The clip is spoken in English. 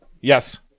Yes